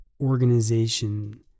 organization